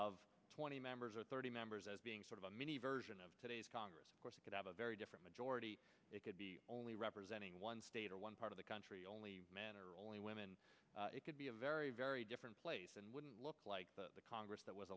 of twenty members or thirty members as being sort of a mini version of today's congress could have a very different majority it could be only representing one state or one part of the country only man or only women it could be a very very different place and wouldn't look like the congress that was